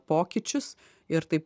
pokyčius ir taip